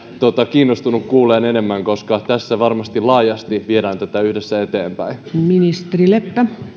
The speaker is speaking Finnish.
kiinnostunut kuulemaan enemmän koska tässä varmasti laajasti viedään tätä yhdessä eteenpäin